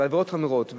זה על עבירות חמורות.